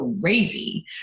crazy